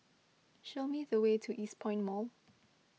show me the way to Eastpoint Mall